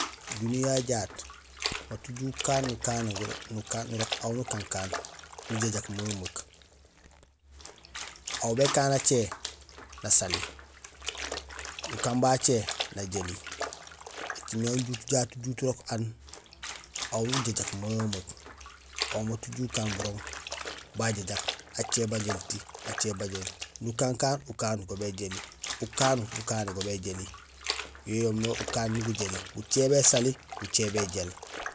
Duniyee ya jaak maat uju ukaan nukané nukaan gurokaw nukankaan aan, nujajak memeek, aw békaan acé nasali, nakaan bo acé najéli, écimé aan ujut jaat ujut urok aan aw nujajak memeek. Aw mat uju ukaan burooŋ bajajak acé bajéélti, nukan kaan ukanut go béjéli yo yoomé ukaan imbi gujéli; gucé bésali, gucé béjéél.